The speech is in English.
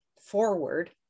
forward